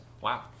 Wow